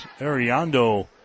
Ariando